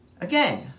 Again